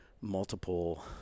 multiple